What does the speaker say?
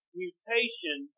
mutation